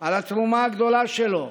על התרומה הגדולה שלו